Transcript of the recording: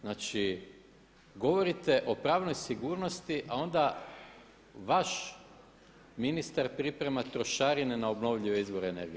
Znači govorite o pravnoj sigurnosti, a onda vaš ministar priprema trošarine na obnovljive izvore energije.